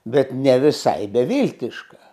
bet ne visai beviltiška